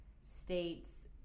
states